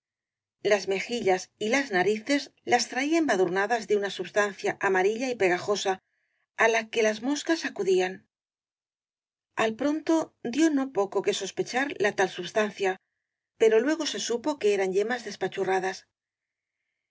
las mejillas y las narices las traía enrbachirriadas en una substancia amarilla y pegajosa á la que las moscas acudían al pronto dió no poco que sospechar la tal substancia pero luego se supo que eran yemas